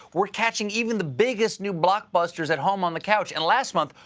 we're catching even the biggest new blockbusters at home on the couch, and last month,